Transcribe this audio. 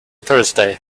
thursday